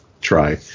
try